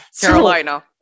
Carolina